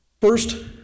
First